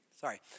Sorry